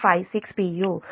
u